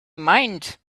mind